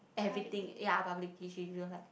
everything ya publicly she will be like